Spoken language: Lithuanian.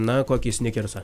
na kokį snikersą